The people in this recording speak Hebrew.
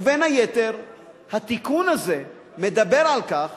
ובין היתר התיקון הזה מדבר על כך